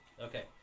Okay